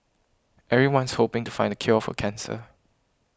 everyone's hoping to find the cure for cancer